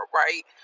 right